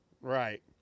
Right